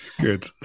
Good